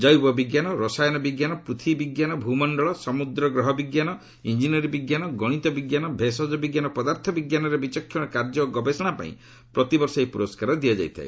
ଜୈବ ବିଜ୍ଞାନ ରସାୟନ ବିଜ୍ଞାନ ପୂଥ୍ୱୀ ବିଜ୍ଞାନ ଭୂମଶ୍ଚଳ ସମୁଦ୍ର ଗ୍ରହ ବିଜ୍ଞାନ ଇଞ୍ଜିନିୟରିଂ ବିଜ୍ଞାନ ଗଣିତ ବିଜ୍ଞାନ ଭେଷଜ ବିଜ୍ଞାନ ଓ ପଦାର୍ଥ ବିଜ୍ଞାନରେ ବିଚକ୍ଷଣ କାର୍ଯ୍ୟ ଓ ଗବେଷଣା ପାଇଁ ପ୍ରତିବର୍ଷ ଏହି ପୁରସ୍କାର ଦିଆଯାଇଥାଏ